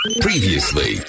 Previously